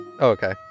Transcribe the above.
Okay